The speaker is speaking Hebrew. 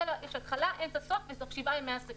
יש התחלה, אמצע וסוף בסוף שבעה ימי עסקים.